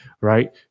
right